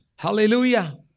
Hallelujah